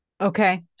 Okay